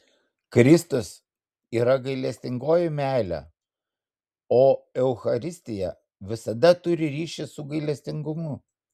kristus yra gailestingoji meilė o eucharistija visada turi ryšį su gailestingumu